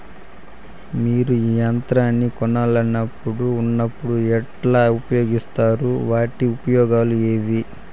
మీరు యంత్రాన్ని కొనాలన్నప్పుడు ఉన్నప్పుడు ఎట్లా ఉపయోగిస్తారు వాటి ఉపయోగాలు ఏవి?